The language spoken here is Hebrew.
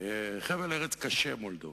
חבל ארץ קשה, מולדובה,